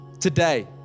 today